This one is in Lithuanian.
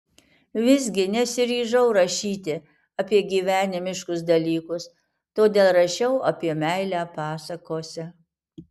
visgi nesiryžau rašyti apie gyvenimiškus dalykus todėl rašiau apie meilę pasakose